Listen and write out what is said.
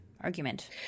argument